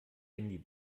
handy